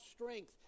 strength